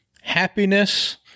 happiness